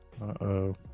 Uh-oh